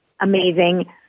amazing